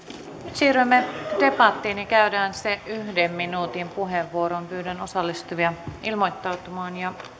siirrymme debattiin se käydään yhden minuutin puheenvuoroin pyydän osallistuvia ilmoittautumaan